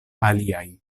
aliaj